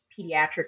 pediatric